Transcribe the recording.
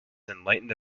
enlightened